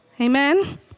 Amen